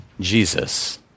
Jesus